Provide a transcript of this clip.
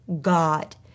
God